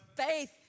faith